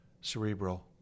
cerebral